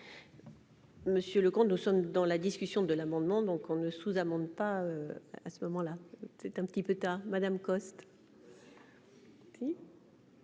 Monsieur le comte nous sommes dans la discussion de l'amendement, donc on ne sous-amende pas, à ce moment-là, c'est un petit peu tard Madame Coste.